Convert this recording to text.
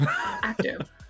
active